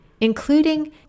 including